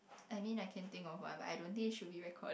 I mean I can think of one lah I don't think it should be record